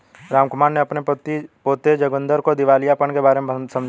रामकुमार ने अपने पोते जोगिंदर को दिवालियापन के बारे में समझाया